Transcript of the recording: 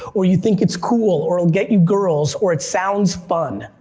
or you think it's cool, or it'll get you girls, or it sounds fun.